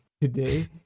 today